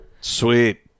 Sweet